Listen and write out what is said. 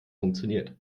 funktioniert